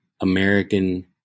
American